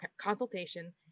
consultation